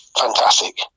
fantastic